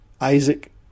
Isaac